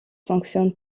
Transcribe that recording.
sanctionne